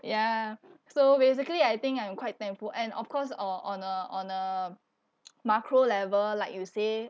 ya so basically I think I'm quite thankful and of course o~ on a on a macro level like you say